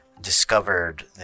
discovered